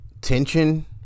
tension